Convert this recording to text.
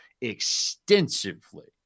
extensively